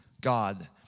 God